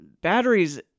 Batteries